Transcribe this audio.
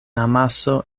amaso